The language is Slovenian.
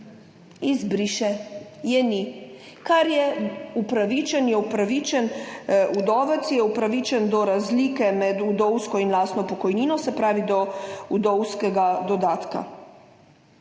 izbriše, je ni, kar je upravičen, je upravičen, vdovec je upravičen do razlike med vdovsko in lastno pokojnino, se pravi do vdovskega dodatka.